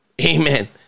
amen